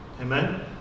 Amen